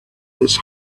his